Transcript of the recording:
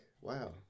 wow